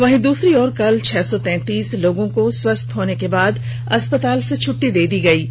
वहीं दूसरी ओर कल छह सौ तैंतीस लोगों को स्वस्थ होने के बाद अस्पताल से छुट्टी दे दी गई है